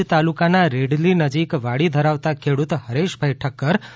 ભુજ તાલુકાના રેડલી નજીક વાડી ધરાવતા ખેડૂત હરેશભાઈ ઠક્કર પોતાની તા